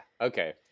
Okay